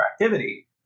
activity